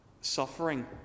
suffering